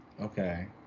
Okay